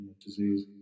disease